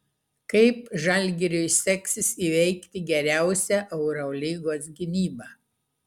kaip žalgiriui seksis įveikti geriausią eurolygos gynybą